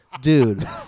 dude